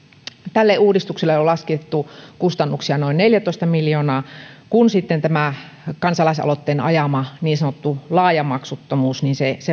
tälle uudistukselle on laskettu kustannuksia noin neljätoista miljoonaa kun sitten tämä kansalaisaloitteen ajama niin sanottu laaja maksuttomuus